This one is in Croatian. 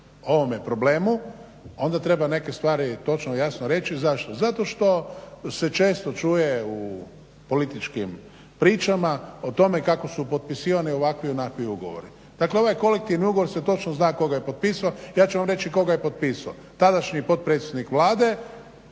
ovome problemu onda treba neke stvari točno jasno reći. Zašto? Zato što se često čuje u političkim pričama o tome kako su potpisivani ovakvi i onakvi ugovori. Dakle, ovaj kolektivni ugovor se točno zna tko ga je potpisao. Ja ću vam reći tko ga je potpisao, tadašnji potpredsjednik Vlade